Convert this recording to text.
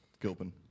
Gilpin